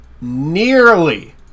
nearly